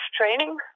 training